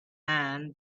and